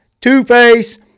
two-face